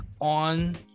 on